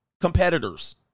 competitors